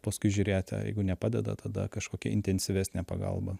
paskui žiūrėti a jeigu nepadeda tada kažkokia intensyvesnė pagalba